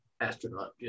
Astronaut